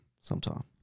sometime